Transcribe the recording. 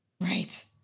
Right